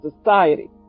society